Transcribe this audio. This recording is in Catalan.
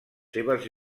seves